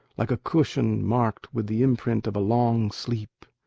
like a cushion marked with the imprint of a long sleep.